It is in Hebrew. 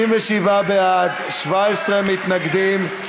37 בעד, 17 מתנגדים.